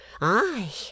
I